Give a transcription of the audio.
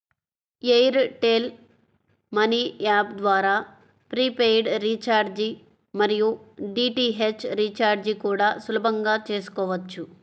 air tell money app ద్వారా prepaid recharge మరియు DTH recharge కూడా సులభంగా చేసుకోవచ్చు